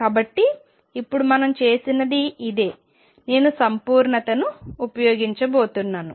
కాబట్టి ఇప్పుడు మనం చేసినది ఇదే నేను సంపూర్ణతను ఉపయోగించబోతున్నాను